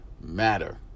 matter